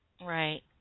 right